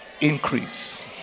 increase